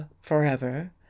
forever